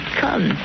come